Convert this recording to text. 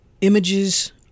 Images